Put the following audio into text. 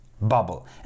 bubble